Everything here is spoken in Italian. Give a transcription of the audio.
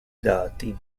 dati